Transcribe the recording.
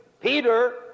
Peter